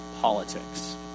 politics